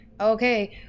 Okay